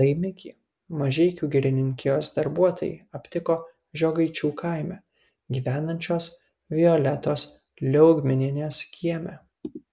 laimikį mažeikių girininkijos darbuotojai aptiko žiogaičių kaime gyvenančios violetos liaugminienės kieme